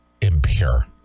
impure